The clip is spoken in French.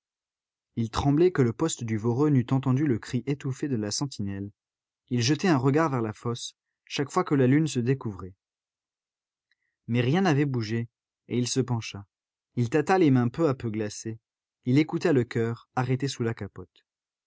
il tremblait que le poste du voreux n'eût entendu le cri étouffé de la sentinelle il jetait un regard vers la fosse chaque fois que la lune se découvrait mais rien n'avait bougé et il se pencha il tâta les mains peu à peu glacées il écouta le coeur arrêté sous la capote